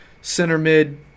center-mid